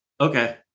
Okay